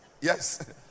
Yes